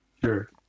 Sure